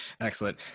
Excellent